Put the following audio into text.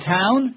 town